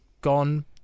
gone